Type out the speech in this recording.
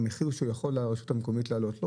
המחיר שיכולה הרשות המקומית להעלות?